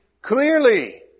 clearly